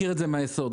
זה מהיסוד.